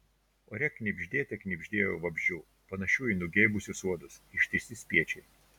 ore knibždėte knibždėjo vabzdžių panašių į nugeibusius uodus ištisi spiečiai